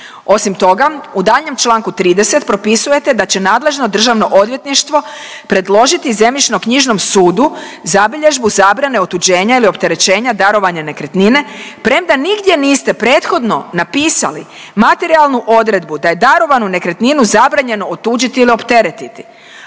Osim toga u daljnjem Članku 30. propisujete da će nadležno državno odvjetništvo predložiti zemljišno-knjižnom sudu zabilježbu zabrane otuđenja ili opterećenja darovanja nekretnine premda nigdje niste prethodno napisali materijalnu odredbu da je darovanu nekretninu zabranjeno otuđili ili opteretiti,